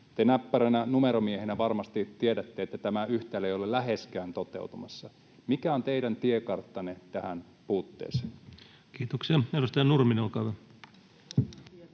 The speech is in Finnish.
näppäränä numeromiehenä varmasti tiedätte, että tämä yhtälö ei ole läheskään toteutumassa. Mikä on teidän tiekarttanne tähän puutteeseen? [Speech 84] Speaker: Ensimmäinen varapuhemies